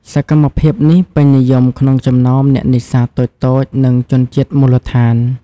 សកម្មភាពនេះពេញនិយមក្នុងចំណោមអ្នកនេសាទតូចៗ និងជនជាតិមូលដ្ឋាន។